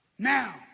Now